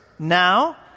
now